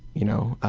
you know,